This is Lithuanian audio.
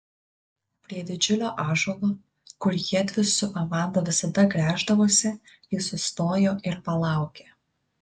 prie didžiulio ąžuolo kur jiedvi su amanda visada gręždavosi ji sustojo ir palaukė